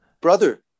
Brother